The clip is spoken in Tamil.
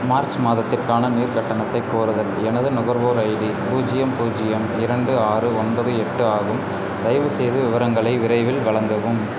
மார்ச் மாதத்திற்கான நீர் கட்டணத்தை கோருதல் எனது நுகர்வோர் ஐடி பூஜ்ஜியம் பூஜ்ஜியம் இரண்டு ஆறு ஒன்பது எட்டு ஆகும் தயவுசெய்து விவரங்களை விரைவில் வழங்கவும்